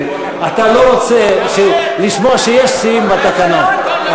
אתה לא רוצה לשמוע שיש סעיף בתקנון.